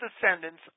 descendants